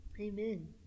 Amen